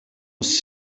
was